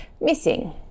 missing